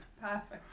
Perfect